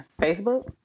Facebook